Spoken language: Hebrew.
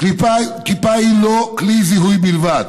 כיפה היא לא כלי זיהוי בלבד.